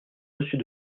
dessus